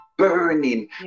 burning